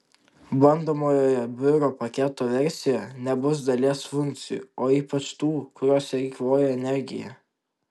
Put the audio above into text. bandomojoje biuro paketo versijoje nebus dalies funkcijų o ypač tų kurios eikvoja energiją